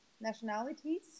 nationalities